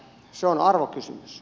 se on arvokysymys